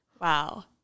Wow